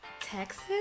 Texas